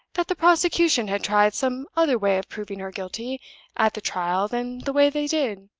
that the prosecution had tried some other way of proving her guilty at the trial than the way they did